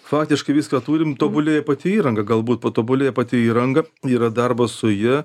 faktiškai viską turim tobulėja pati įranga galbūt patobulėja pati įranga yra darbas su ja